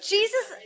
Jesus